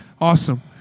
Awesome